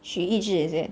徐易知 is it